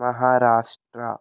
Maharashtra